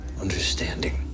understanding